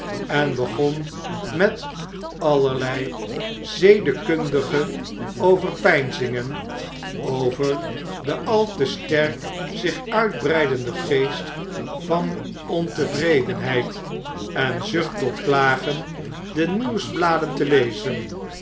en begon met allerlei zedekundige overpeinzingen over den al te sterk zich uitbreidenden geest van ontevredenheid en zucht tot klagen de nieuwsbladen te lezen